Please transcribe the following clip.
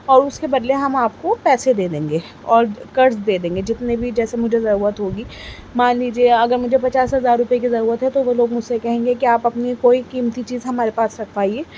اور اس کے بدلے ہم آپ کو پیسے دے دیں گے اور قرض دے دیں گے جتنے بھی جیسے مجھے ضرورت ہوگی مان لیجیے اگر مجھے پچاس ہزار روپئے کی ضرورت ہے تو وہ لوگ مجھ سے کہیں گے کہ آپ اپنی کوئی قیمتی چیز ہمارے پاس رکھوائیے